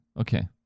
Okay